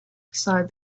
sighed